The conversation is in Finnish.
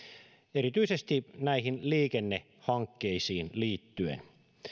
erityisesti näihin liikennehankkeisiin liittyen